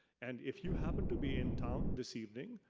and if you happen to be in town this evening,